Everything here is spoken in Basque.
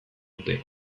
dute